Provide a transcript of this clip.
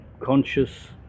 conscious